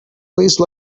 please